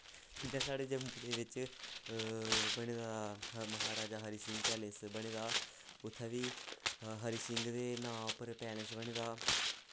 जियां साढ़े जम्मू दे बिच्च बने दा महाराजा हरि सिंह पैलस बने दा उत्थें बी हरि सिंह दे नांऽ हिस्टरी उप्पर पैलस बने दा